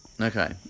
Okay